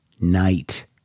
night